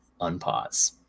unpause